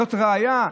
זאת ראיה?